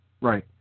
Right